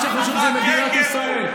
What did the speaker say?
ושכחת שמרכז המפלגה